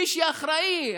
מי שאחראי,